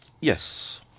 Yes